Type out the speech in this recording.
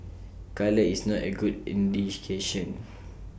colour is not A good indication